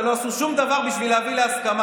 ולא עשו שום דבר בשביל להביא להסכמה.